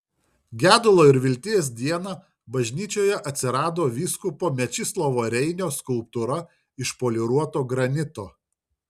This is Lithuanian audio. gedulo ir vilties dieną bažnyčioje atsirado vyskupo mečislovo reinio skulptūra iš poliruoto granito